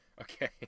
Okay